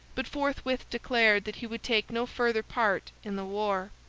but forthwith declared that he would take no further part in the war.